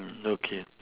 okay